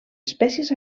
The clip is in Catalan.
espècies